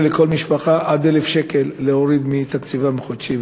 לכל משפחה להוריד עד 1,000 שקל מתקציבם החודשי,